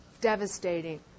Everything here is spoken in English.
devastating